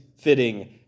fitting